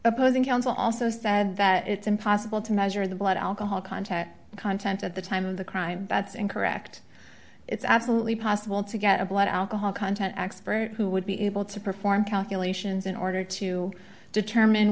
opposing counsel also said that it's impossible to measure the blood alcohol content content at the time of the crime that's incorrect it's absolutely possible to get a blood alcohol content expert who would be able to perform calculations in order to determine